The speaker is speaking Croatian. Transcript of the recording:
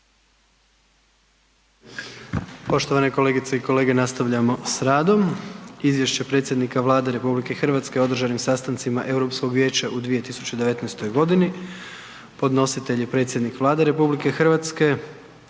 Poštovane kolegice i kolege nastavljamo s radom, Izvješće predsjednika Vlade RH o održanim sastancima Europskog vijeća u 2019.g. Podnositelj je predsjednik Vlade RH, podnijet će